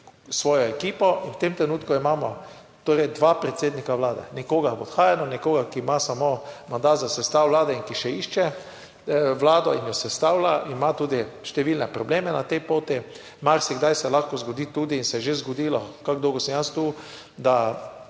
svojo ekipo. In v tem trenutku imamo torej dva predsednika vlade, nekoga v odhajanju, nekoga, ki ima samo mandat za sestavo vlade in ki še išče Vlado in jo sestavlja, ima tudi številne probleme na tej poti. Marsikdaj se lahko zgodi tudi in se je že zgodilo, kako dolgo sem jaz tu, da